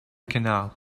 canal